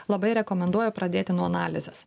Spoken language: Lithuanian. labai rekomenduoju pradėti nuo analizės